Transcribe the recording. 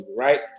right